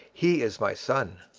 he is my son!